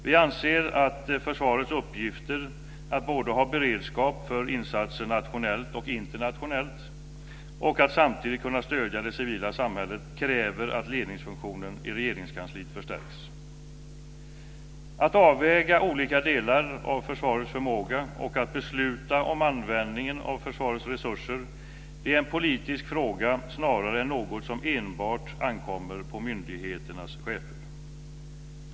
Vi anser att försvarets uppgifter att både ha beredskap för insatser nationellt och internationellt och att samtidigt kunna stödja det civila samhället kräver att ledningsfunktionen i Regeringskansliet förstärks. Att avväga olika delar av försvarets förmåga och att besluta om användningen av försvarets resurser är en politisk fråga snarare än något som enbart ankommer på myndigheternas chefer.